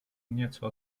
nieco